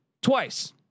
twice